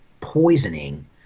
poisoning